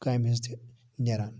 کامہِ ہٕنٛز تہِ نیران